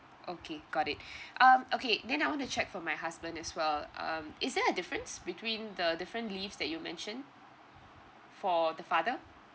okay got it um okay then I want to check for my husband as well um is there a difference between the different leaves that you mention for the father